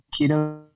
keto